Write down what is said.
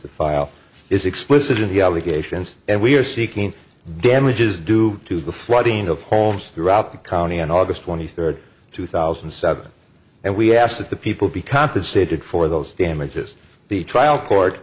the file is explicit in the allegations and we are seeking damages due to the flooding of homes throughout the county on august twenty third two thousand and seven and we asked that the people be compensated for those damages the trial court